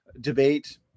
debate